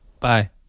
Bye